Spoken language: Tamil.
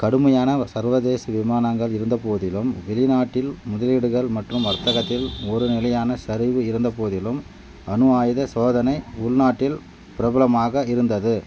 கடுமையான சர்வதேச விமானங்கள் இருந்தபோதிலும் வெளிநாட்டில் முதலீடுகள் மற்றும் வர்த்தகத்தில் ஒரு நிலையான சரிவு இருந்தபோதிலும் அணுஆயுத சோதனை உள்நாட்டில் பிரபலமாக இருந்தது